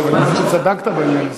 לא, אבל היא אומרת שצדקת בעניין הזה.